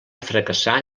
fracassar